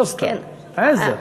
לא סתם, "עזר".